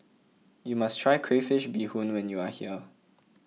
you must try Crayfish BeeHoon when you are here